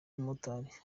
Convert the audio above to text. umumotari